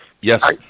Yes